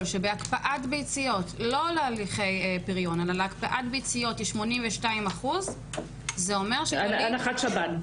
שבהקפאת ביציות לא להליכי פריון יש 82% - זה אומר --- הנחת שב"ן.